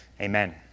Amen